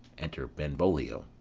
enter benvolio.